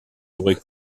aurait